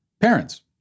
parents